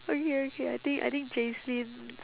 okay okay I think I think jacelyn